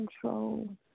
control